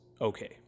okay